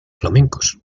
flamencos